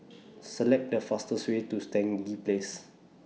Select The fastest Way to Stangee Place